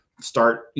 start